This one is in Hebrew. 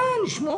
נשמור.